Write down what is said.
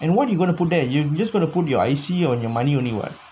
and what do you gonna put there you just going to put your I_C on your money only [what]